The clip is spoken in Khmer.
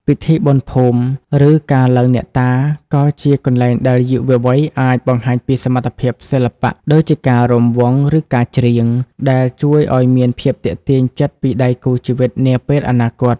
ពិធីបុណ្យភូមិ ឬការឡើងអ្នកតា ក៏ជាកន្លែងដែលយុវវ័យអាចបង្ហាញពីសមត្ថភាពសិល្បៈ ដូចជាការរាំវង់ ឬការច្រៀង ដែលជួយឱ្យមានភាពទាក់ទាញចិត្តពីដៃគូជីវិតនាពេលអនាគត។